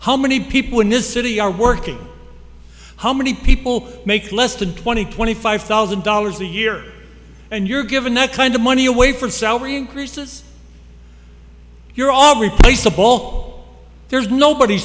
how many people in this city are working how many people make less than twenty twenty five thousand dollars a year and you're given that kind of money away from salary increases you're all replaceable there's nobody